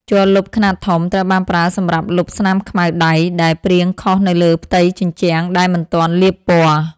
ជ័រលុបខ្នាតធំ ត្រូវបានប្រើសម្រាប់លុបស្នាមខ្មៅដៃដែលព្រាងខុសនៅលើផ្ទៃជញ្ជាំងដែលមិនទាន់លាបពណ៌។